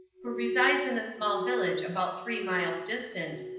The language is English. who resides in a small village about three miles distant,